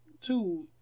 two